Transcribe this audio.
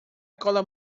cola